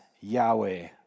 Yahweh